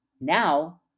now